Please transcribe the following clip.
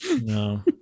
No